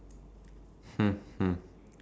but not really a sport